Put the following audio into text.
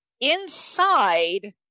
Inside